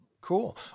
Cool